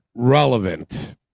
relevant